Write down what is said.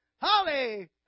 Holly